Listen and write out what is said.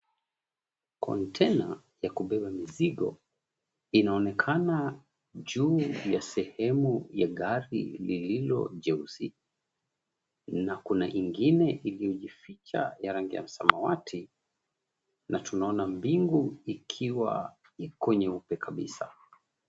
Konteina ya kubeba mizigo inaonekana juu ya sehemu ya gari lililo jeusi na kuna ingine iliyojificha ya rangi ya samawati na tunaona mbingu ikiwa iko nyeupe kabisa.